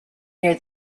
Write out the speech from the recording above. near